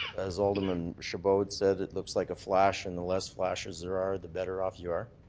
as alderman chabot says, it looks like a flash and the less flashes there are, the better off you are?